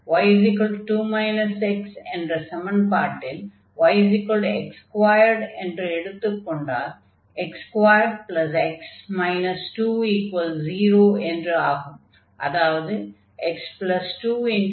y2 x என்ற சமன்பாட்டில் yx2 என்று எடுத்துக் கொண்டால் x2x 20 என்று ஆகும்